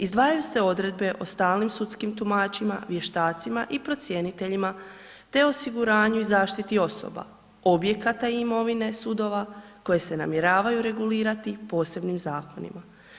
Izdvajaju se odredbe o stalnim sudskim tumačima, vještacima i procjeniteljima te osiguranju i zaštiti osoba, objekata imovine sudova koje se namjeravaju regulirati posebnim zakonima.